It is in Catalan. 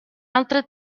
altre